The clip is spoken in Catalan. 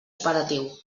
operatiu